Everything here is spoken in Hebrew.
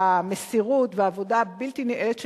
המסירות והעבודה הבלתי-נלאית שלך,